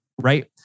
Right